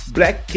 Black